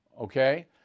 okay